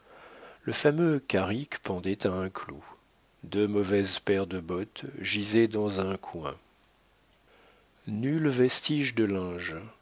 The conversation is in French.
le fameux carrick pendait à un clou deux mauvaises paires de bottes gisaient dans un coin nul vestige de linge